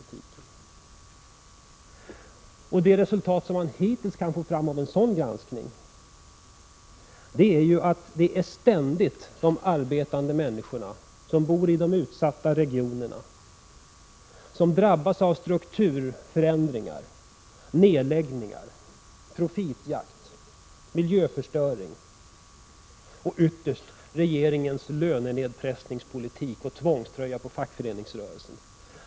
Det 89 resultat som man hittills kan få fram av en sådan granskning är ju att det ständigt är de arbetande människorna i de utsatta regionerna som drabbas av strukturförändringar, nedläggningar, profitjakt, miljöförstöring — och ytterst regeringens lönenedpressningspolitik och tvångströja på fackföreningsrörelsen.